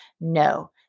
No